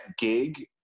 gig